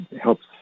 helps